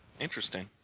interesting